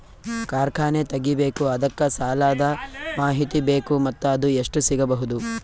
ಕಾರ್ಖಾನೆ ತಗಿಬೇಕು ಅದಕ್ಕ ಸಾಲಾದ ಮಾಹಿತಿ ಬೇಕು ಮತ್ತ ಅದು ಎಷ್ಟು ಸಿಗಬಹುದು?